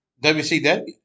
WCW